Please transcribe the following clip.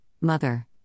mother